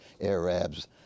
Arabs